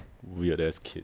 weird ass kid